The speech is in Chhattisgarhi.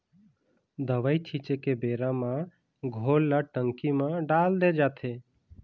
दवई छिंचे के बेरा म घोल ल टंकी म डाल दे जाथे